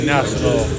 National